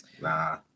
nah